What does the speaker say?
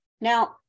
Now